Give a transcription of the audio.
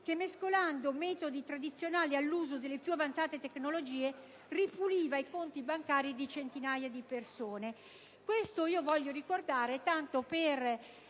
che, mescolando metodi tradizionali all'uso delle più avanzate tecnologie, ripuliva i conti bancari di centinaia di persone.